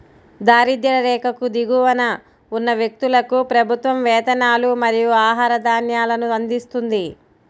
దారిద్య్ర రేఖకు దిగువన ఉన్న వ్యక్తులకు ప్రభుత్వం వేతనాలు మరియు ఆహార ధాన్యాలను అందిస్తుంది